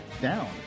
down